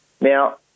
Now